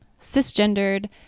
cisgendered